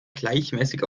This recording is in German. gleichmäßig